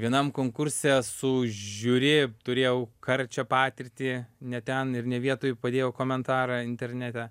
vienam konkurse su žiūri turėjau karčią patirtį ne ten ir ne vietoj padėjau komentarą internete